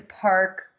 Park